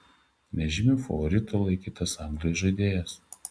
nežymiu favoritu laikytas anglijos žaidėjas